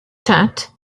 chet